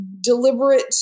deliberate